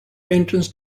entrance